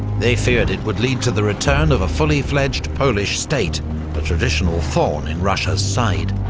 they feared it would lead to the return of a fully-fledged polish state a traditional thorn in russia's side.